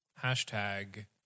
Hashtag